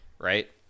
right